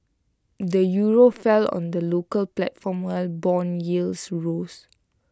the euro fell on the local platform while Bond yields rose